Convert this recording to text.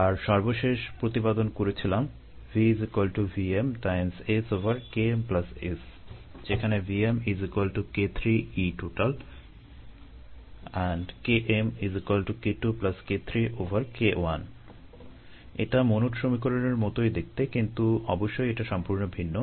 আর সর্বশেষ প্রতিপাদন করেছিলাম যেখানে এটা মনোড সমীকরণের মতোই দেখতে কিন্তু অবশ্যই এটা সম্পূর্ণ ভিন্ন